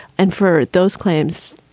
and for those claims,